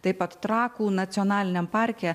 taip pat trakų nacionaliniam parke